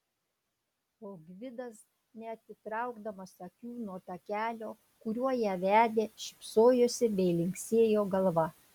o gvidas neatitraukdamas akių nuo takelio kuriuo ją vedė šypsojosi bei linksėjo galva